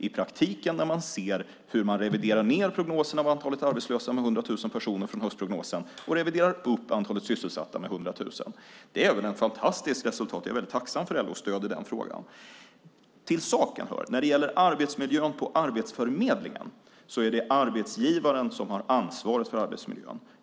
I praktiken ser vi hur man i prognoserna reviderar ned antalet arbetslösa med 100 000 personer från höstprognosen och reviderar upp antalet sysselsatta med 100 000. Det är ett fantastiskt resultat. Jag är väldigt tacksam för LO:s stöd i den frågan. När det gäller arbetsmiljön på Arbetsförmedlingen är det arbetsgivaren som har ansvaret för arbetsmiljön.